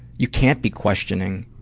you can't be questioning.